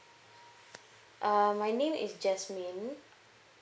uh my name is jasmine